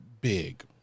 big